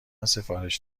سفارش